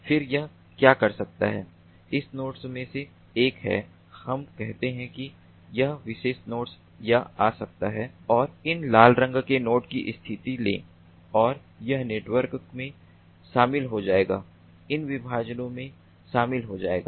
फिर यह क्या कर सकता है इन नोड्स में से एक है हम कहते हैं कि यह विशेष नोड आ सकता है और इन लाल रंग के नोड की स्थिति ले और यह नेटवर्क में शामिल हो जाएगा इन विभाजनों में शामिल हो जाएगा